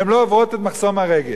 הן לא עוברות את מחסום הרגש.